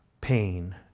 pain